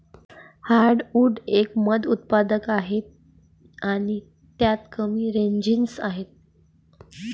heartwood एक मंद उत्पादक आहे आणि त्यात कमी रेझिनस आहे